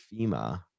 fema